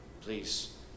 Please